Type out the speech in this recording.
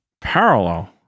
Parallel